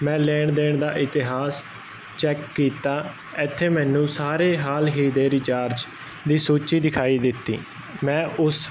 ਮੈਂ ਲੈਣ ਦੇਣ ਦਾ ਇਤਿਹਾਸ ਚੈੱਕ ਕੀਤਾ ਇਥੇ ਮੈਨੂੰ ਸਾਰੇ ਹਾਲ ਹੀ ਦੇ ਰਿਚਾਰਜ ਦੀ ਸੂਚੀ ਦਿਖਾਈ ਦਿੱਤੀ ਮੈਂ ਉਸ